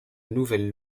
nouvelle